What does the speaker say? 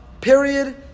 period